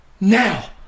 now